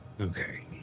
Okay